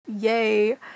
yay